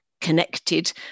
connected